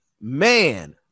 Man